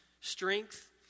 strength